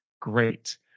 great